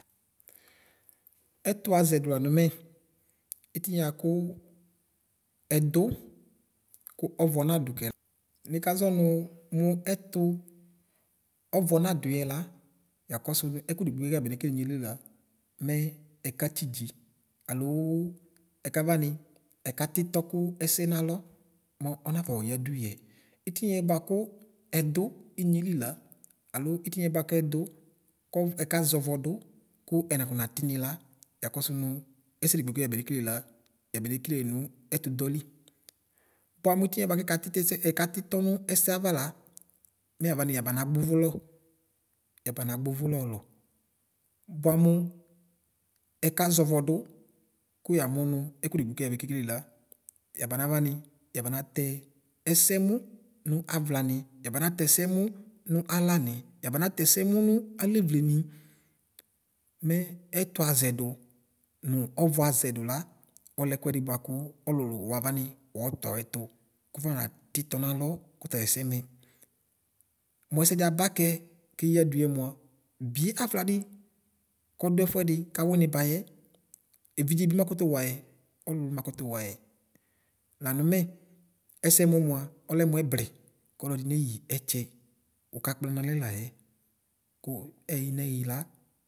Ɛtʋ aʒɛdʋ lanʋ mɛ itimɛ bʋakʋ ɛdʋ kʋ ɔvɔ nadʋ kela nikaʒɔ nʋ mʋ ɛtʋ ɔvɔ nadʋɛ la yakɔsʋ nʋ ɛkʋ dekpekpe kʋ yabe nekele nunye li la mɛ ɛka titi alo ɛkawani ɛkati tɔkʋ ɛsɛ nalɔ ɔnafɔ yadʋ yɛ itimɛ bʋakʋ ɛdʋ nyeli la alo itinie bʋakɛdʋ kɔʋɔ ɛkaʒɔvɔ dʋ kʋ ɛnakɔ natinu la yakɔsʋ nʋ ɛsɛ dekpekpe ki yaba nekele la gabanekele nʋ ɛtʋdɔli bʋam etiniɛ kɛkatɔ tɛsɛ ɛkabitɔ nʋ ɛsɛ ava la mɛ yanu yabana gbʋvutɔ yabana gbɔvulɔ ɔlɔ bʋam ɛkaʒɔvɔ dʋ kʋyamʋ nʋ ɛkʋ dekpekpe kʋ yabane kele la yabana vam yabanatɛ ɛsɛmʋ nʋ avlam yabanatɛ ɛsɛmʋ nʋ alam yabanatɛ ɛsɛmʋ nʋ alevlen mɛ ɛtʋʒɛdʋ nʋ ɔvɛaʒɛdʋ la ɔlɛ ɛkʋɛdi bʋakʋ ɔlʋlʋ wavan wɔtʋ awɛtʋ kʋfa nati tɔnalɔ kʋ tayɛsɛ mɛ mʋ ɛsɛdi abakɛ keyadʋ yɛ mʋa bʋe avladi kɔdʋ ɛfʋɛdi tawum Bayɛ evʋdʒebi makʋtʋ wayɛ ɔlʋ ɔlʋ makʋtʋ wayɛ lam mɛ ɛsɛmʋ mva ɔlɛmʋ ɛbli kɔlɔdi neyi ɛtsɛ wu ka kpla nalɛ tayɛ kʋ ɛyi nɛyi la.